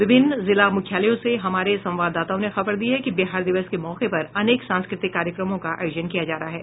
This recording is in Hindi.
विभिन्न जिला मुख्यालयों से हमारे संवाददाताओं ने खबर दी है कि बिहार दिवस के मौके पर अनेक सांस्कृतिक कार्यक्रमों का आयोजन किया जा रहा है